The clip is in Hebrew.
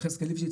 יחזקאל ליפשיץ,